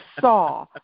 saw